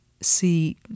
see